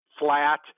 Flat